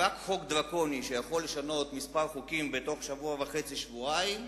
רק חוק דרקוני שיכול לשנות כמה חוקים תוך שבוע-וחצי שבועיים,